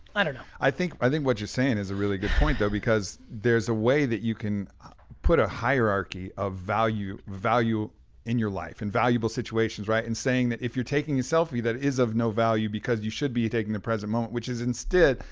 i don't know. i think i think what you're saying is a really good point, though, because there's a way that you can put a hierarchy of value value in your life and valuable situations, right? and saying that if you're taking a selfie that it is of no value because you should be taking the present moment, which is instead,